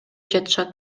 жатышат